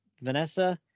Vanessa